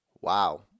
wow